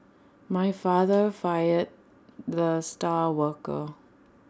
my father fired the star worker